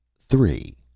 three.